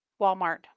Walmart